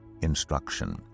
instruction